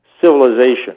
civilization